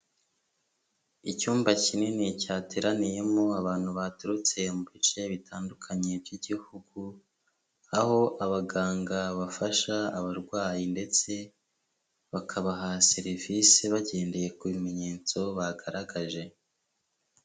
Icyumba kinini cyateraniyemo abantu baturutse mu bice bitandukanye by'igihugu, aho abaganga bafasha abarwayi ndetse bakabaha serivisi bagendeye ku bimenyetso bagaragaje.